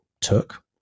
took